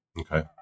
Okay